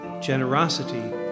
generosity